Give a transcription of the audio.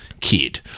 kid